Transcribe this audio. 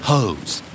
Hose